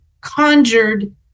conjured